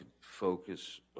focus